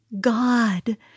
God